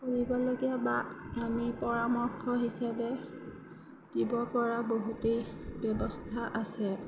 কৰিবলগীয়া বা আমি পৰামৰ্শ হিচাপে দিব পৰা বহুতেই ব্যৱস্থা আছে